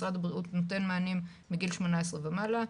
משרד הבריאות נותן מענים מגיל 18 ומעלה.